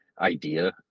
idea